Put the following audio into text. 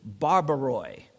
barbaroi